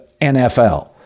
NFL